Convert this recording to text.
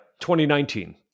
2019